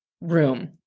room